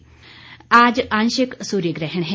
सूर्य ग्रहण आज आंशिक सूर्य ग्रहण है